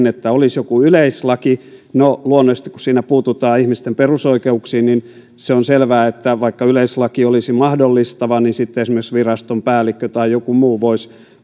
että olisi joku yleislaki no luonnollisesti kun siinä puututaan ihmisten perusoikeuksiin se on selvää että vaikka yleislaki olisi mahdollistava niin sitten esimerkiksi viraston päällikkö tai joku muu voisi